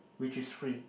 which is free